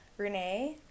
Renee